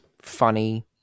funny